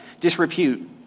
disrepute